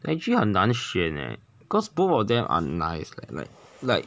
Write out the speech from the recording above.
actually 很难选 leh because both of them are nice like like like